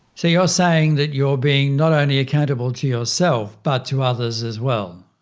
so you're saying that you're being not only accountable to yourself, but to others as well.